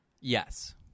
Yes